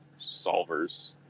solvers